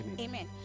Amen